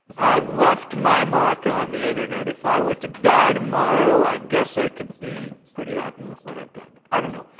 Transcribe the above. i've left my mark on the internet. that if i were to die tomorrow, i guess i could be pretty happy with what i've done. i don't know.